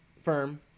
firm